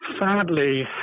Sadly